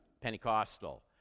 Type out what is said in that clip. Pentecostal